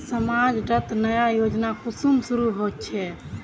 समाज डात नया योजना कुंसम शुरू होछै?